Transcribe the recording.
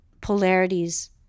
polarities